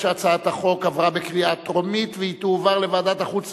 ההצעה להעביר את הצעת חוק תשלומים לפדויי שבי (תיקון,